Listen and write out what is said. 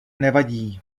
nevadí